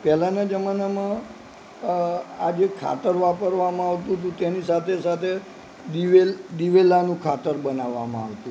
પહેલાના જમાનામાં આ જે ખાતર વાપરવામાં આવતું હતું તેની સાથે સાથે દિવેલ દિવેલાનું ખાતર બનાવવામાં આવતું હતું